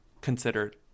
considered